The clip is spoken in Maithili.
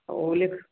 ओ लेख